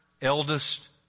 eldest